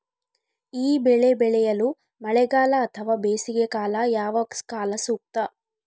ಈ ಬೆಳೆ ಬೆಳೆಯಲು ಮಳೆಗಾಲ ಅಥವಾ ಬೇಸಿಗೆಕಾಲ ಯಾವ ಕಾಲ ಸೂಕ್ತ?